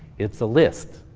it's a list.